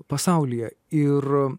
pasaulyje ir